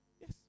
Yes